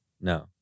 No